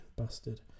bastard